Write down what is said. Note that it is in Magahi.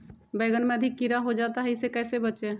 बैंगन में अधिक कीड़ा हो जाता हैं इससे कैसे बचे?